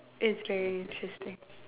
it's very interesting